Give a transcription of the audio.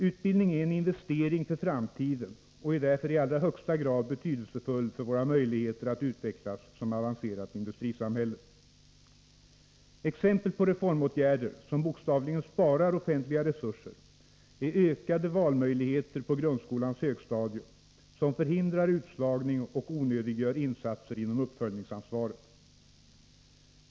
Utbildning är en investering för framtiden och är därför i allra högsta grad betydelsefull för Sveriges möjligheter att utvecklas som avancerat industriland. Exempel på reformåtgärder, som bokstavligen sparar offentliga resurser är ökade valmöjligheter på grundskolans högstadium, som förhindrar utslagning och onödiggör insatser inom uppföljningsansvaret.